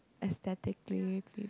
aesthetically please